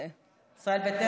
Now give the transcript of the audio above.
ישראל ביתנו.